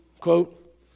quote